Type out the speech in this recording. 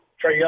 Trey